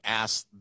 asked